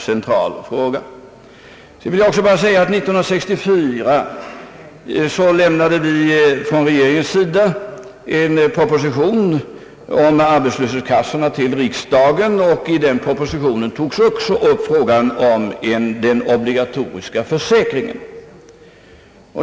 År 1964 avgav regeringen en proposition till riksdagen om arbetslöshetskassorna, och i den propositionen togs också upp frågan om den obligatoriska försäkringen.